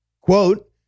Quote